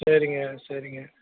சரிங்க சரிங்க